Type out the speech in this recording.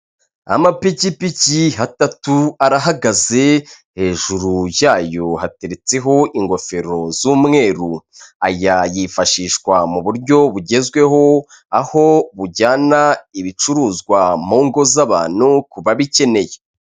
Amapikipiki atatu arahagaze hejuru yayo hateretseho ingofero z'umweru, aya yifashishwa mu buryo bugezweho aho bujyana ibicuruzwa mu ngo z'abantu ku babikeneye.